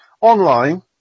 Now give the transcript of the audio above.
online